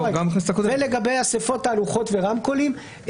זה לגבי אסיפות, תהלוכות ורמקולים.